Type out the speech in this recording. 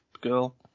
girl